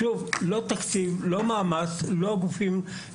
שוב, לא תקציב; לא מאמץ; לא ועדות.